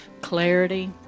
clarity